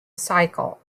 cycle